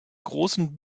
großen